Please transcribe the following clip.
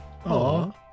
Aww